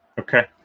Okay